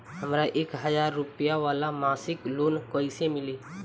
हमरा एक हज़ार रुपया वाला मासिक लोन कईसे मिली?